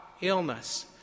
illness